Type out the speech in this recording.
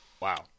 Wow